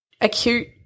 acute